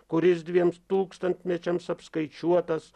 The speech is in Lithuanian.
kuris dviems tūkstantmečiams apskaičiuotas